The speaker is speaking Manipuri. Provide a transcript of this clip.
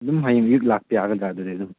ꯑꯗꯨꯝ ꯍꯌꯦꯡ ꯍꯧꯖꯤꯛ ꯂꯥꯛꯄ ꯌꯥꯒꯗ꯭ꯔꯥ ꯑꯗꯨꯗꯤ ꯑꯗꯨꯝ